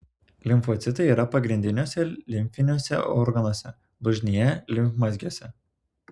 limfocitai yra pagrindiniuose limfiniuose organuose blužnyje limfmazgiuose